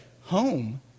Home